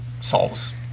solves